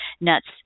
nuts